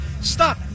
Stop